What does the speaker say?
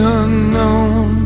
unknown